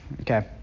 Okay